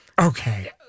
Okay